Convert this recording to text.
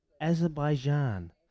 Azerbaijan